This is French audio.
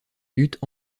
lutte